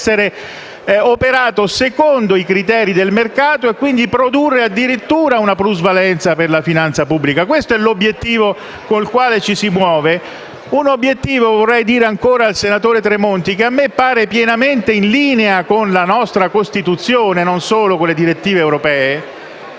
essere operato secondo i criteri del mercato e quindi produrre addirittura una plusvalenza per la finanza pubblica. Questo è l'obiettivo nel quale ci si muove: un obiettivo - vorrei dire ancora al senatore Tremonti - che a me pare pienamente in linea con la nostra Costituzione, non solo con le direttive europee.